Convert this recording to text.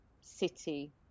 City